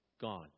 Gone